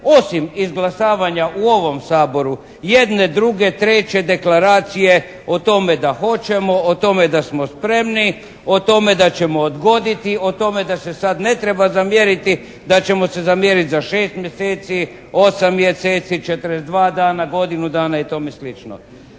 osim izglasavanja u ovom Saboru jedne, druge, treće deklaracije o tome da hoćemo, o tome da smo spremni, o tome da ćemo odgoditi, o tome da se sad ne treba zamjeriti da ćemo se zamjerit za šest mjeseci, osam mjeseci, 42 dana, godinu dana i tome slično.